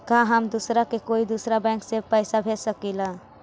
का हम दूसरा के कोई दुसरा बैंक से पैसा भेज सकिला?